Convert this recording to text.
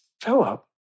Philip